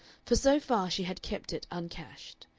for so far she had kept it uncashed.